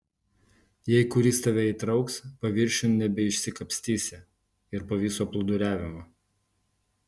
jei kuris tave įtrauks paviršiun nebeišsikapstysi ir po viso plūduriavimo